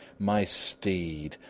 my steed!